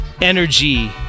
energy